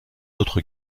autre